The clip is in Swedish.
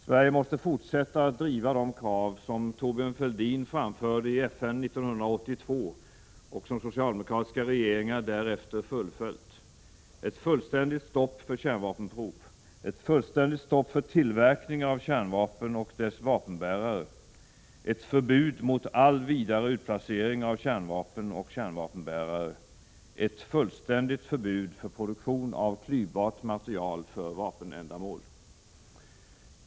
Sverige måste fortsätta att driva de krav som Thorbjörn Fälldin framförde i FN 1982, och som socialdemokratiska regeringar därefter har fullföljt: ett fullständigt stopp för kärnvapenprov, ett fullständigt stopp för tillverkning av kärnvapen och dess vapenbärare, ett förbud mot all vidare utplacering av kärnvapen och kärnvapenbärare samt ett fullständigt förbud mot produktion av klyvbart material för vapenändamål.